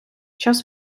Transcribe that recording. час